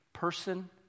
person